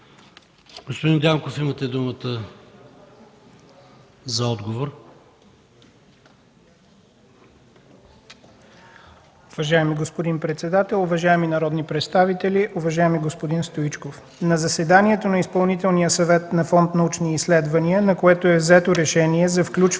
Дянков, имате думата за отговор.